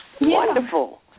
Wonderful